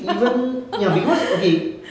even ya because okay